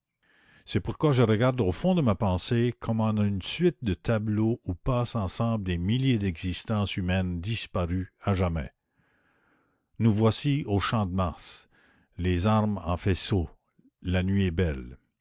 c'est pourquoi je regarde au fond de ma pensée comme en une suite de tableaux où passent ensemble des milliers d'existences humaines disparues à jamais nous voici au champ-de-mars les armes en faisceaux la nuit est belle